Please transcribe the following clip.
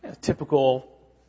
Typical